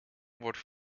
wordt